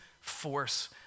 force